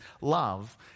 love